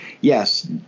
yes